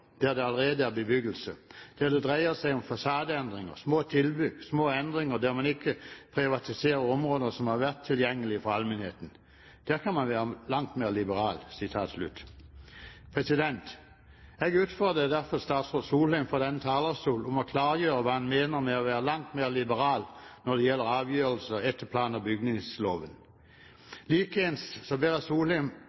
der det allerede er bebyggelse, der det dreier seg om fasadeendringer, små tilbygg, små endringer, der man ikke privatiserer områder som har vært tilgjengelige for allmennheten. Der kan man være langt mer liberal.» Jeg utfordrer derfor statsråd Solheim fra denne talerstol til å klargjøre hva han mener med å være «langt mer liberal» når det gjelder avgjørelser etter plan- og bygningsloven.